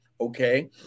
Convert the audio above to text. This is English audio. okay